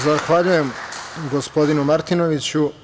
Zahvaljujem gospodinu Martinoviću.